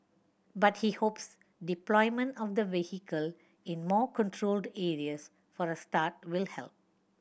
but he hopes deployment of the vehicle in more controlled areas for a start will help